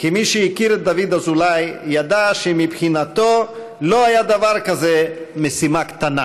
כי מי שהכיר את דוד אזולאי ידע שמבחינתו לא היה דבר כזה משימה קטנה,